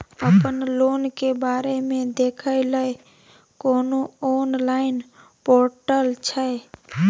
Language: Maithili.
अपन लोन के बारे मे देखै लय कोनो ऑनलाइन र्पोटल छै?